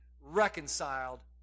reconciled